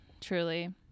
Truly